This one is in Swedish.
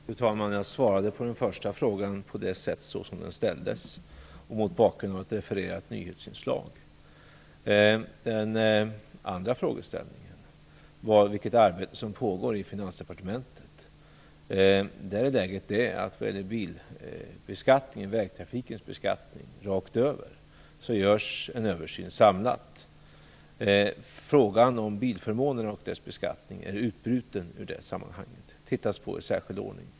Fru talman! Jag svarade på den första frågan såsom den ställdes, mot bakgrund av ett refererat nyhetsinslag. Per Rosengren frågade också vilket arbete som pågår inom Finansdepartementet. Vad gäller beskattningen av vägtrafik i allmänhet görs nu en samlad översyn. Frågan om bilförmånerna och beskattningen av dessa är utbruten ur det sammanhanget, och den frågan tittas på i särskild ordning.